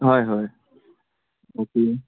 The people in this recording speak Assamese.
হয় হয়